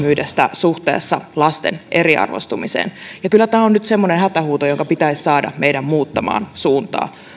suhteessa lasten eriarvoistumiseen ja kyllä tämä nyt on semmoinen hätähuuto jonka pitäisi saada meidät muuttamaan suuntaa